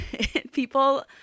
people